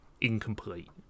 incomplete